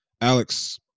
Alex